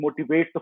motivates